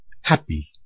happy